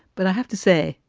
but i have to say,